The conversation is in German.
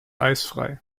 eisfrei